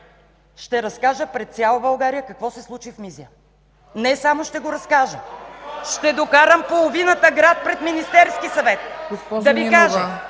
ще разкажа пред цяла България какво се случи в Мизия. Не само ще го разкажа, но ще докарам половината град пред Министерския съвет...